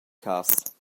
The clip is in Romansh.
cass